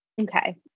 Okay